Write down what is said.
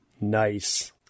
Nice